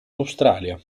australia